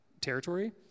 territory